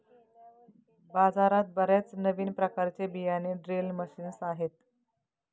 बाजारात बर्याच नवीन प्रकारचे बियाणे ड्रिल मशीन्स आहेत